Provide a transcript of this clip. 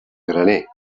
graner